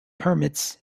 permits